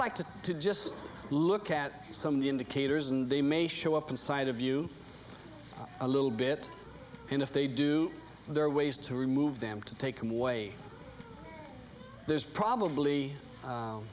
like to to just look at some of the indicators and they may show up inside of you a little bit and if they do there are ways to remove them to take them away there's probably